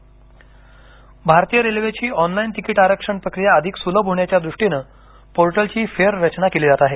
railway भारतीय रेल्वेची online ticket आरक्षण प्रक्रिया अधिक सुलभ होण्याच्या दृष्टीनं पोर्टलची फेररचना केली जात आहे